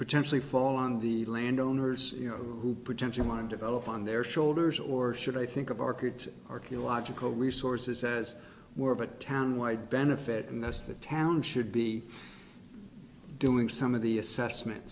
potentially fall on the land owners you know who potentially mine develop on their shoulders or should i think of our kids archaeological resources as more of a town wide benefit and that's the town should be doing some of the assessment